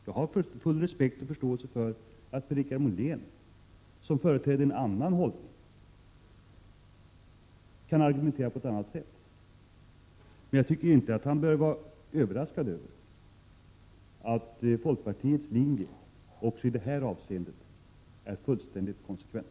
Jag har full respekt och förståelse för att Per-Richard Molén, som företräder en annan hållning, kan argumentera på annat sätt. Men jag tycker inte att han bör vara överraskad över att folkpartiets linje också i det här avseendet är fullständigt konsekvent.